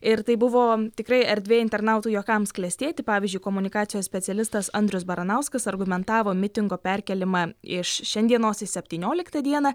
ir tai buvo tikrai erdvė internautų juokams klestėti pavyzdžiui komunikacijos specialistas andrius baranauskas argumentavo mitingo perkėlimą iš šiandienos į septynioliktą dieną